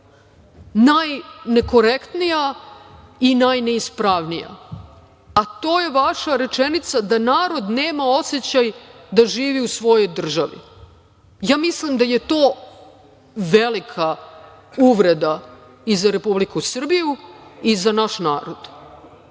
najnekorektnija i najneispravnija, a to je vaša rečenica da narod nema osećaj da živi u svojoj državi. Ja mislim da je to velika uvreda i za Republiku Srbiju i za naš narod,